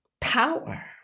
power